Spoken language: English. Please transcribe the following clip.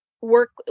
work